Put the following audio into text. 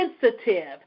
sensitive